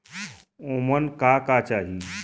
ओमन का का चाही?